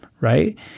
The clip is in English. right